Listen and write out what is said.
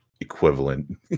equivalent